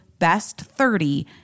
best30